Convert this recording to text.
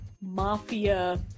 mafia